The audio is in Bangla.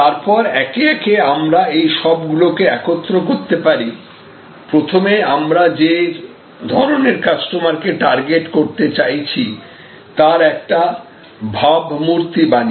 তারপর একে একে আমরা এই সবগুলোকে একত্র করতে পারি প্রথমে আমরা যে ধরনের কাস্টমারকে টার্গেট করতে চাইছি তার একটা ভাবমূর্তি বানিয়ে